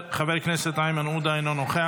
חבר הכנסת איימן עודה, אינו נוכח,